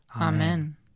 Amen